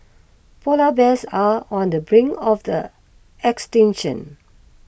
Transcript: Polar Bears are on the brink of the extinction